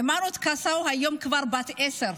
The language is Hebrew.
היימנוט קסאו היום כבר בת עשר.